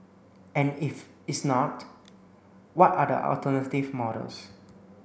and if it's not what are the alternative models